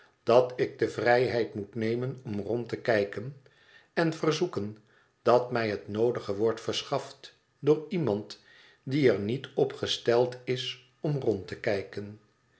dat ik de vrijheid moet nemen om rond te kijken en verzoeken dat mij het noodige wordt verschaft door iemand die er niet op gesteld is om rond te kijken